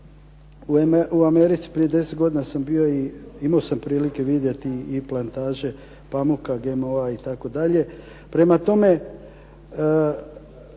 U Americi prije deset godina sam bio i imao sam prilike vidjeti i plantaže pamuka GMO-a itd.